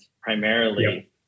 primarily